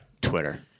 Twitter